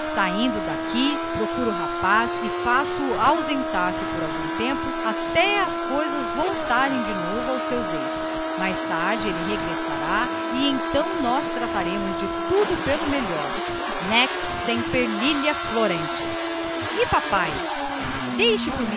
saindo daqui procuro o rapaz e faço-o ausentar-se por algum tempo até que as coisas voltem de novo aos seus eixos mais tarde ele se mostrará e então nós trataremos de tudo pelo melhor nec semper lilia florent e papai deixe-o